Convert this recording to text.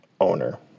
owner